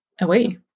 away